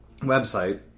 website